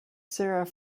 sarah